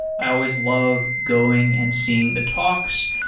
i always love going and seeing the talks,